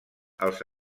els